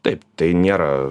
taip tai nėra